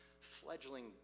fledgling